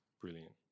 Brilliant